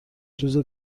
روز